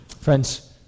Friends